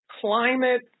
climate